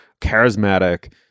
charismatic